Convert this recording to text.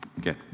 get